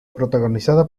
protagonizada